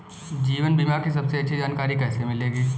जीवन बीमा की सबसे अच्छी जानकारी कैसे मिलेगी?